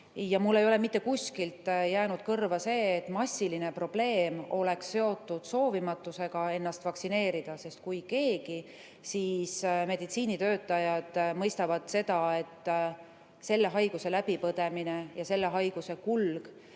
ja mul ei ole mitte kuskilt jäänud kõrva see, et massiline probleem oleks seotud soovimatusega ennast vaktsineerida, sest kui keegi, siis just meditsiinitöötajad mõistavad seda, et selle haiguse läbipõdemine ja selle haiguse kulg